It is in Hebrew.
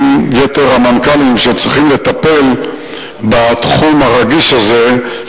עם יתר המנכ"לים שצריכים לטפל בתחום הרגיש הזה,